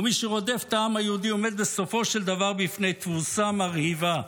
ומי שרודף את העם היהודי עומד בסופו של דבר בפני תבוסה מרהיבה".